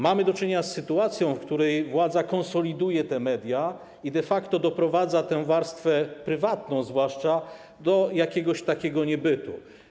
Mamy do czynienia z sytuacją, w której władza konsoliduje te media i de facto doprowadza tę warstwę, prywatną zwłaszcza, do jakiegoś niebytu.